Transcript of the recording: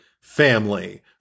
family